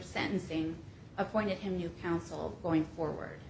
sentencing appointed him new counsel going forward